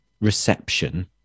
reception